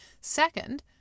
Second